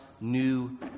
new